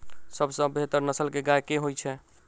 सबसँ बेहतर नस्ल केँ गाय केँ होइ छै?